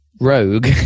rogue